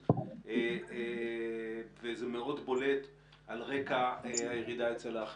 אחוזים וזה מאוד בולט על רקע הירידה אצל האחרים.